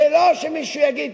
ולא שמישהו יגיד: